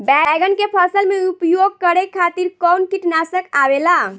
बैंगन के फसल में उपयोग करे खातिर कउन कीटनाशक आवेला?